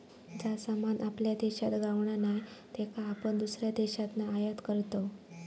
जा सामान आपल्या देशात गावणा नाय त्याका आपण दुसऱ्या देशातना आयात करतव